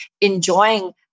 enjoying